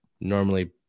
normally